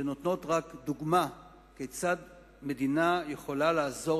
שנותנים רק דוגמה כיצד המדינה יכולה לעזור